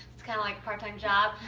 it's kind of like a part-time job.